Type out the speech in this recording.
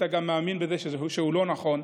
גם אתה מאמין שהוא לא נכון.